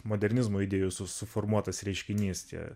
modernizmo idėjų su suformuotas reiškinys čia